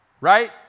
right